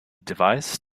device